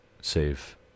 save